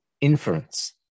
inference